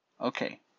Okay